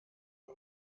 bei